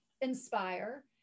inspire